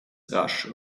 rasch